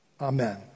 Amen